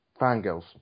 Fangirls